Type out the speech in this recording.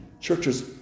churches